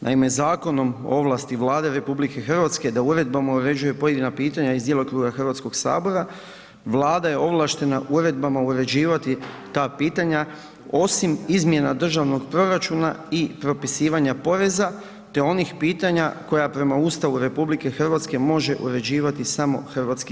Naime, Zakonom o ovlasti Vlade RH da uredbama uređuje pojedina pitanja iz djelokruga Hrvatskoga sabora, Vlada je ovlaštena uredbama uređivati ta pitanja, osim izmjena državnog proračuna i propisivanja poreza, te onih pitanja koja prema Ustavu RH može uređivati samo HS.